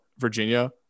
virginia